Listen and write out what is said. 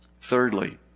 Thirdly